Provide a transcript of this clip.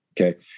okay